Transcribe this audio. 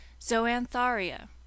Zoantharia